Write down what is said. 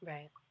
Right